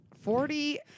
Forty